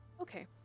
Okay